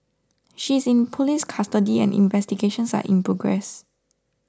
she is in police custody and investigations are in progress